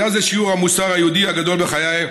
היה זה שיעור המוסר היהודי הגדול בחיי,